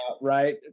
Right